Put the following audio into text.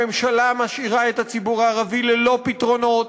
הממשלה משאירה את הציבור הערבי ללא פתרונות,